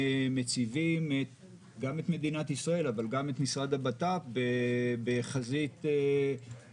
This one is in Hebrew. שמציבים גם את מדינת ישראל אבל גם את משרד הבט"פ בחזית נוספת,